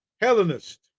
Hellenist